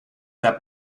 that